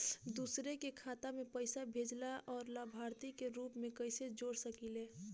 दूसरे के खाता में पइसा भेजेला और लभार्थी के रूप में कइसे जोड़ सकिले?